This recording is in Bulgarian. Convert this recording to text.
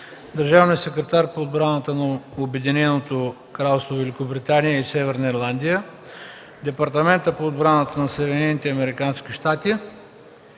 държавния секретар по отбраната на Обединеното кралство Великобритания и Северна Ирландия, Департамента по отбраната на Съединените американски щати,